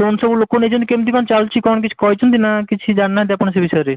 phone ସବୁ ଲୋକ ନେଇଛନ୍ତି କେମତି କ'ଣ ଚାଲିଛି କ'ଣ କିଛି କହିଛନ୍ତି ନାଁ କିଛି ଜାଣି ନାହାନ୍ତି ଆପଣ ସେ ବିଷୟରେ